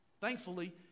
Thankfully